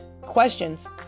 questions